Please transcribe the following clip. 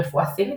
רפואה סינית,